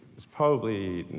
it's probably